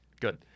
Good